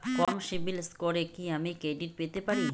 কম CIBIL স্কোরে কি আমি ক্রেডিট পেতে পারি?